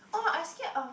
oh I scared of